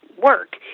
work